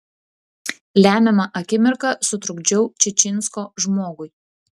lemiamą akimirką sutrukdžiau čičinsko žmogui